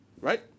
Right